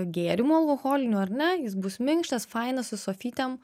gėrimų alkoholinių ar ne jis bus minkštas fainas su sofytėm